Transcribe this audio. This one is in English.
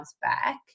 back